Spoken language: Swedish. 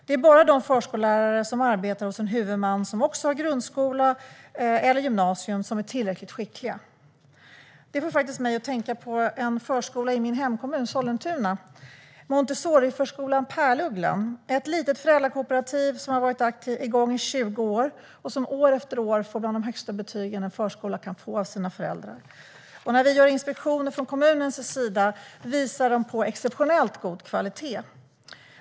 Det är bara de förskollärare som arbetar hos en huvudman som också har grundskola eller gymnasium som är tillräckligt skickliga. Det får mig att tänka på en förskola i min hemkommun Sollentuna, Montessoriförskolan Pärlugglan, ett litet föräldrakooperativ som har varit igång i 20 år och som år efter år får bland de högsta betyg en förskola kan få av föräldrarna. När vi gör inspektioner från kommunens sida visar förskolan också på exceptionellt god kvalitet.